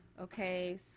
okay